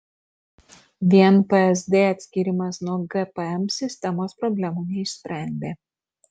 vien psd atskyrimas nuo gpm sistemos problemų neišsprendė